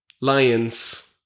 lions